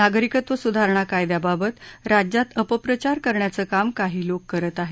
नागरिकत्व सुधारणा कायद्याबाबत राज्यात अपप्रचार करण्याचं काम काही लोक करत आहेत